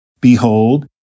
behold